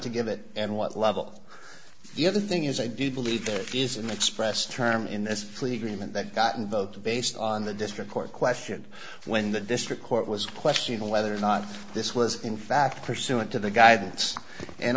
to give it and what level the other thing is i do believe there is an express term in this plea agreement that gotten both based on the district court question when the district court was questioning whether or not this was in fact pursuant to the guidance and